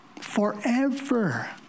Forever